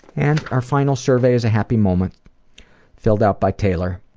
and our final survey is a happy moment filled out by taylor